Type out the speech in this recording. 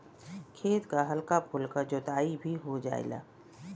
खेत क हल्का फुल्का जोताई भी हो जायेला